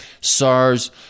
SARS